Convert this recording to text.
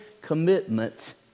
commitment